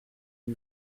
eût